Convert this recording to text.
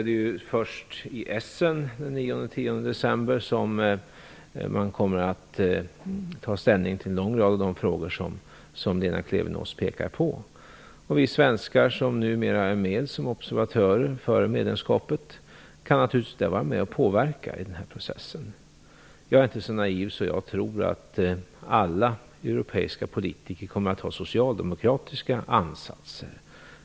Det är först i Essen den 9 och 10 december som man kommer att ta ställning till en lång rad av de frågor som Lena Klevenås pekar på. Vi svenskar, som numera är med som observatörer före medlemskapet, kan naturligtvis där påverka processen. Jag är inte så naiv att jag tror att alla europeiska politiker kommer att ha socialdemokratiska ansatser.